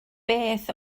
beth